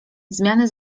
zmiany